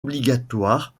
obligatoire